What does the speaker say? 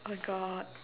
oh god